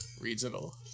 regional